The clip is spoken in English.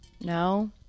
No